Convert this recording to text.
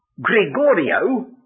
Gregorio